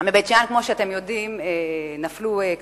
נפלו "קטיושות",